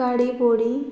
काडी बोडी